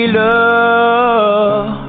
love